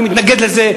אני מתנגד לזה.